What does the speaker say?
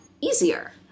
easier